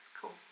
cool